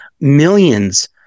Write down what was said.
millions